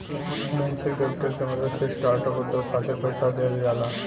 venture capital के मदद से स्टार्टअप उद्योग खातिर पईसा दिहल जाला